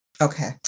Okay